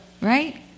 Right